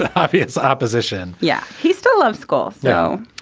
ah obvious opposition. yeah, he still loves school. no,